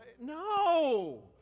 No